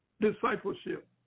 discipleship